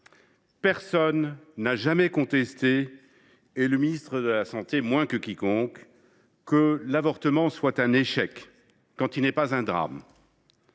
Personne n’a jamais contesté, et le ministre de la santé moins que quiconque, que l’avortement soit un échec, quand il n’est pas un drame.